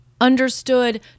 understood